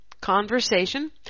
conversation